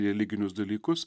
religinius dalykus